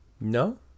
no